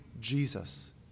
Jesus